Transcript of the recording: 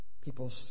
People